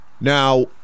Now